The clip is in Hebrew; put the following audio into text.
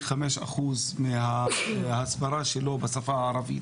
חמישה אחוז מההסברה שלו בשפה הערבית.